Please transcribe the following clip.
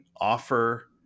offer